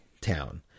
town